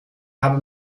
habe